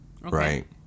right